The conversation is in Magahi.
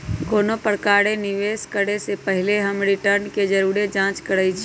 कोनो प्रकारे निवेश करे से पहिले हम रिटर्न के जरुरे जाँच करइछि